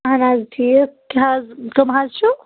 اَہن حظ ٹھیٖک کٔمہٕ حظ چھُو